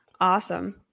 Awesome